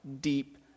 deep